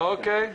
אוקיי.